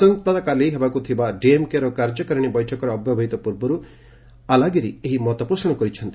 ଆସନ୍ତାକାଲି ହେବାକୁ ଥିବା ଡିଏମ୍କେ ର କାର୍ଯ୍ୟକାରିଣୀ ବୈଠକର ଅବ୍ୟବହିତ ପୂର୍ବରୁ ଆଲାଗିରି ଏହା କହିଛନ୍ତି